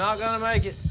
um gonna make it.